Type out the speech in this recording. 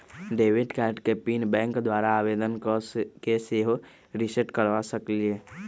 debit card के PIN के bank द्वारा आवेदन कऽ के सेहो रिसेट करबा सकइले